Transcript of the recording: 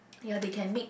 ya they can make